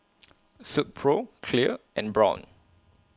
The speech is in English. Silkpro Clear and Braun